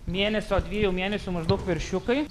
mėnesio dviejų mėnesių maždaug veršiukai